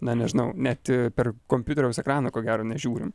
na nežinau net per kompiuteriaus ekraną ko gero nežiūrim